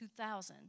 2000